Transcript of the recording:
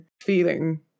feeling